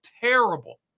terrible